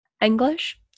English